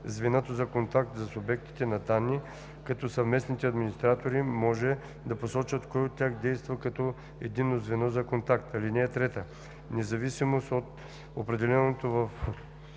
звеното за контакт за субектите на данни, като съвместните администратори може да посочат кой от тях действа като единно звено за контакт. (3) Независимо от определеното в